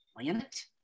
planet